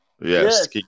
Yes